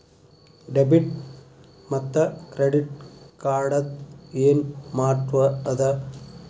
Debit ಮತ್ತ credit ಕಾರ್ಡದ್ ಏನ್ ಮಹತ್ವ ಅದ?